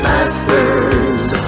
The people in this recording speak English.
Masters